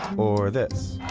or this.